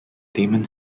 damon